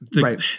right